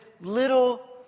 little